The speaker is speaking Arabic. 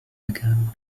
مكان